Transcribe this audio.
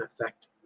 affect